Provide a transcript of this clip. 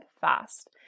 fast